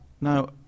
Now